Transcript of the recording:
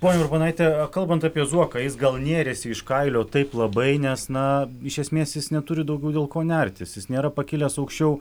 ponia urbonaite kalbant apie zuoką jis gal nėrėsi iš kailio taip labai nes na iš esmės jis neturi daugiau dėl ko nertis jis nėra pakilęs aukščiau